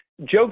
jokes